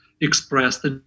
expressed